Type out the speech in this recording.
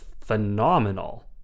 phenomenal